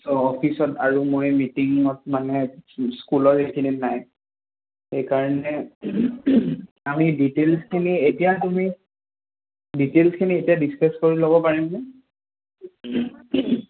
অফিচত আৰু মই মিটিঙত মানে স্কুলৰ এইখিনি নাই সেইকাৰণে আমি ডিটেইলছখিনি এতিয়া তুমি ডিটেইলছখিনি এতিয়া ডিছকাছ কৰি ল'ব পাৰিমনে